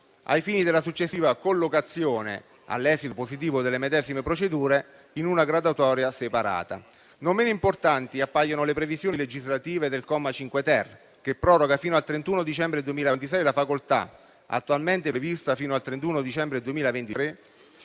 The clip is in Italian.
ai fini della successiva collocazione, all'esito positivo delle medesime procedure, in una graduatoria separata. Non meno importanti appaiono le previsioni legislative del comma 5-*ter* dell'articolo 3, che proroga fino al 31 dicembre 2026 la facoltà, attualmente prevista fino al 31 dicembre 2023,